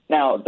Now